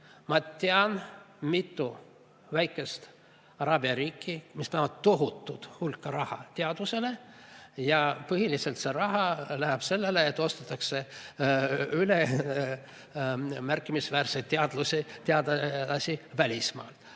Ma tean mitut väikest araabia riiki, mis eraldavad tohutu hulga raha teadusele. Põhiliselt see raha läheb sellele, et ostetakse üle märkimisväärseid teadlasi välismaalt.